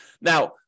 Now